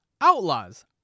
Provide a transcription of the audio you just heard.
Outlaws